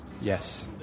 Yes